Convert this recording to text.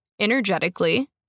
energetically